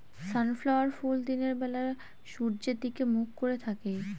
sunflower ফুল দিনের বেলা সূর্যের দিকে মুখ করে থাকে